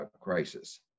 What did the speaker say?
crisis